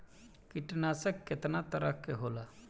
कीटनाशक केतना तरह के होला?